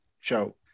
show